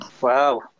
Wow